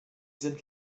sind